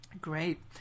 Great